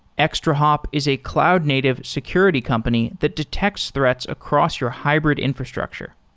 extrahop is a cloud-native security company that detects threats across your hybrid infrastructure.